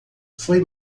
foi